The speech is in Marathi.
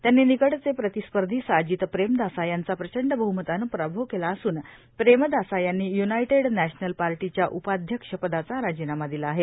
त्यांनी निकटचे प्रतिस्पर्धी साजित प्रेमदासा यांचा प्रचंड बहुमतानं पराभव केला असून प्रेमदासा यांनी युनायटेड नॅशनल पार्टीच्या उपाध्यक्ष पदाचा राजीनामा दिला आहे